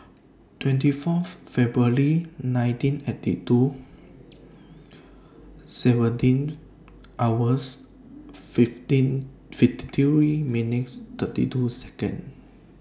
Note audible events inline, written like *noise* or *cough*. twenty Fourth February nineteen eighty two seventeen hours fifteen *unintelligible* minutes thirty two Second